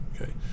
okay